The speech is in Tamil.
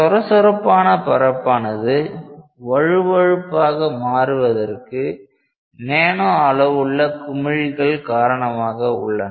சொரசொரப்பான பரப்பானது வழுவழுப்பாக மாறுவதற்கு நேனோ அளவுள்ள குமிழிகள் காரணமாக உள்ளது